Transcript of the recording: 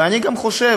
ואני גם חושב,